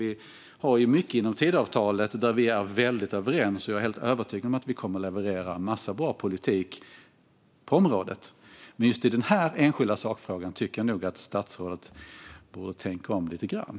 Vi har mycket i Tidöavtalet som vi är väldigt överens om, och jag är helt övertygad om att vi kommer att leverera en massa bra politik på området. Men i just den här enskilda sakfrågan tycker jag nog att statsrådet borde tänka om lite grann.